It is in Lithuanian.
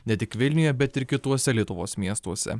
ne tik vilniuje bet ir kituose lietuvos miestuose